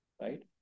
right